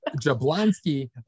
Jablonski